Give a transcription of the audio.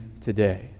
today